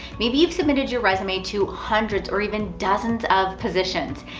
maybe you've submitted your resume to hundreds, or even dozens of positions.